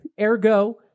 Ergo